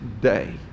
day